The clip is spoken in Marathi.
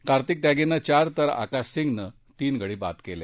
कार्तिक त्यागीनं चार तर आकाश सिंगनं तीन गडी बाद केले